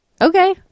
Okay